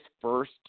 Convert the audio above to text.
first